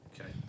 Okay